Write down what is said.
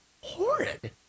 horrid